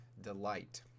delight